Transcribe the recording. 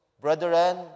brethren